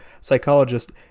psychologist